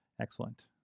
excellent